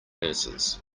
nurses